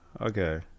Okay